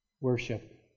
worship